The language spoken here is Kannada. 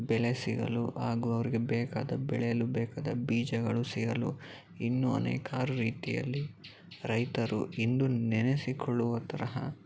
ಬೆಲೆ ಸಿಗಲು ಹಾಗೂ ಅವರಿಗೆ ಬೇಕಾದ ಬೆಳೆಯಲು ಬೇಕಾದ ಬೀಜಗಳು ಸಿಗಲು ಇನ್ನೂ ಅನೇಕಾರು ರೀತಿಯಲ್ಲಿ ರೈತರು ಇಂದು ನೆನೆಸಿಕೊಳ್ಳುವ ತರಹ